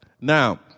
Now